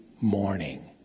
morning